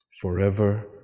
forever